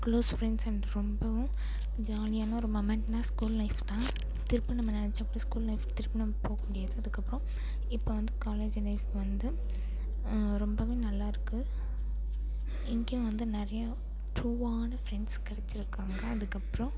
close friends என்னோடய ரொம்பவும் ஜாலியான ஒரு மொமெண்ட்னா ஸ்கூல் லைஃப் தான் திருப்ப நம்ம நினைச்சாக்கூட ஸ்கூல் லைஃப் திரும்ப நம்ம போக முடியாது அதுக்கப்புறம் இப்போ வந்து காலேஜு லைஃப் வந்து ரொம்பவே நல்லாயிருக்கு இங்கேயும் வந்து நிறையா ட்ரூவான ஃப்ரெண்ட்ஸ் கிடச்சிருக்காங்க அதுக்கப்புறம்